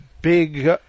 big